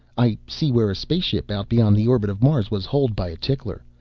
i see where a spaceship out beyond the orbit of mars was holed by a tickler.